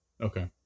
Okay